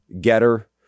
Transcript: Getter